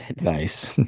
Nice